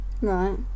Right